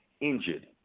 injured